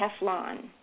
Teflon